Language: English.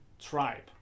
tribe